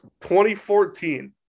2014